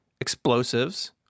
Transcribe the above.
explosives